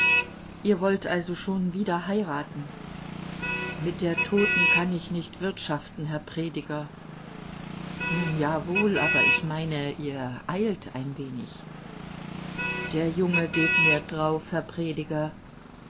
ihr wollt also schon wieder heiraten mit der toten kann ich nicht wirtschaften herr prediger nun ja wohl aber ich meine ihr eilt ein wenig der junge geht mir drauf